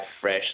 fresh